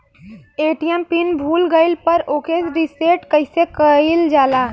ATM PIN भूल गईल पर ओके रीसेट कइसे कइल जाला?